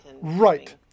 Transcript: Right